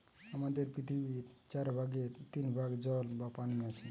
আমাদের পৃথিবীর চার ভাগের তিন ভাগ জল বা পানি আছে